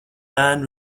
band